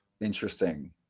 Interesting